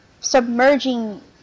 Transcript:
submerging